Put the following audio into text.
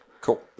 Cool